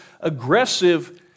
aggressive